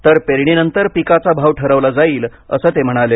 तर पेरणीनंतर पिकाचा भाव ठरवला जाईल असं ते म्हणाले